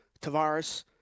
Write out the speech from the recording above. Tavares